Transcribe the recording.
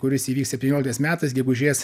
kuris įvyks septynioliktais metais gegužės